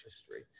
history